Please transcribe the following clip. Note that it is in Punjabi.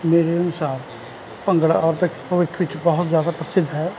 ਮੇਰੇ ਅਨੁਸਾਰ ਭੰਗੜਾ ਆਭਿਖ ਭਵਿੱਖ ਵਿਚ ਬਹੁਤ ਜਿਆਦਾ ਪ੍ਰਸਿੱਧ ਹੈ